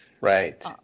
Right